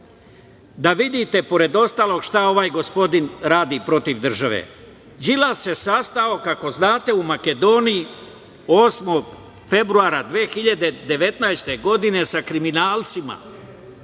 Da vidite, pored ostalog, šta ovaj gospodin radi protiv države. Đilas se sastao, kako znate, u Makedoniji 8. februara 2019. godine sa kriminalcima